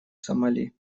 сомали